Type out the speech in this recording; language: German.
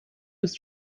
ist